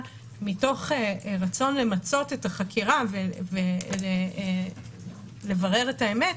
מתוך רצון למצות את החקירה ולברר את האמת,